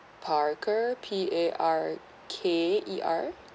parker P A R K E R